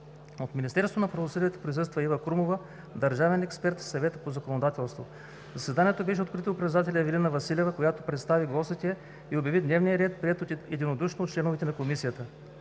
От Министерство на правосъдието присъства Ива Крумова – държавен експерт в Съвета по законодателство. Заседанието беше открито от председателя Ивелина Василева, която представи гостите и обяви дневния ред, приет единодушно от членовете на Комисията.